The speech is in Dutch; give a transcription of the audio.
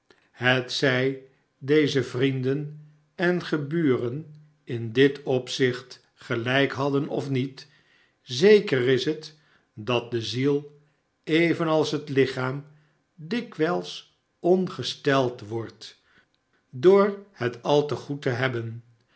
hetzij deze vrienden en geburen in dk opzicht gelijk hadden of niet zeker is het dat de ziel evenals het lichaam dikwijls ongesteld wordt door het al te goed te hebben